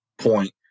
point